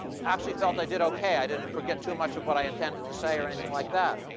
actually felt i did okay. i didn't forget too much of what i intended to say, or anything like that.